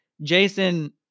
Jason